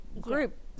group